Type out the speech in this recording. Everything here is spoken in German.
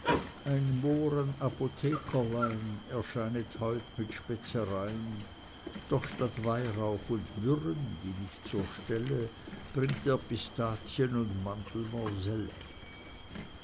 ein mohrenapothekerlein erscheinet heute mit spezerein doch statt weihrauch und myrrhen die nicht zur stelle bringt er pistazien und